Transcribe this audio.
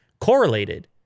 correlated